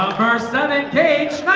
verse seven cage